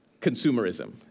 consumerism